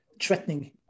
threatening